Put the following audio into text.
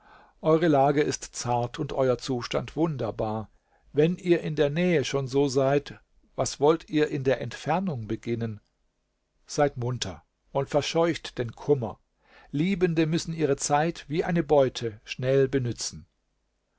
eure lage ist zart und euer zustand wunderbar wenn ihr in der nähe schon so seid was wollt ihr in der entfernung beginnen seid munter und verscheucht den kummer liebende müssen ihre zeit wie eine beute schnell benützen